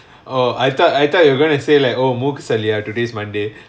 oh I thought I thought you were going to say like oh மூக்குசளி:mookusali today is monday